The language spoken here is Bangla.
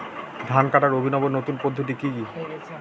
ধান কাটার অভিনব নতুন পদ্ধতিটি কি?